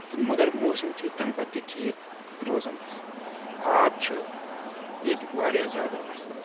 تہٕ مگر موسم چھُ تمہِ پتہٕ تہِ ٹھیٖک روزان آب چھُ ییٚتہِ واریاہ زیادٕ اصٕل